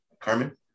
Carmen